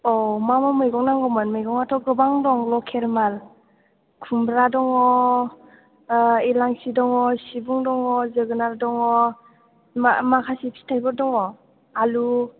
अ मा मा मैगं नांगौमोन मैगंआथ' गोबां दं लकेल माल खुमब्रा दङ हेलांसि दङ सिबुं दङ जोगोनार दङ माखासे फिथाइफोर दङ आलु